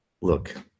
Look